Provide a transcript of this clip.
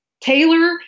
taylor